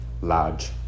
large